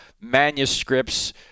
manuscripts